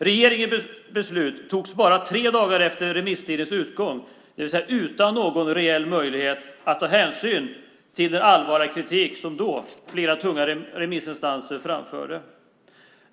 Regeringens beslut togs bara tre dagar efter remisstidens utgång, det vill säga utan någon reell möjlighet att ta hänsyn till den allvarliga kritik som flera tunga remissinstanser då framförde.